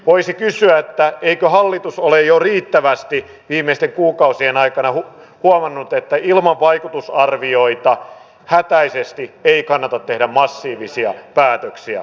voisi kysyä eikö hallitus ole jo riittävästi viimeisten kuukausien aikana huomannut että ilman vaikutusarvioita hätäisesti ei kannata tehdä massiivisia päätöksiä